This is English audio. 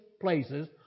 places